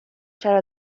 چرا